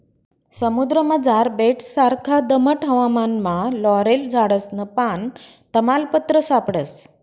समुद्रमझार बेटससारखा दमट हवामानमा लॉरेल झाडसनं पान, तमालपत्र सापडस